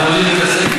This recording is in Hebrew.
אפילו לא שמעת את השאלה.